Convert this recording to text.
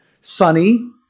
sunny